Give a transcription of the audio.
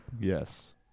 Yes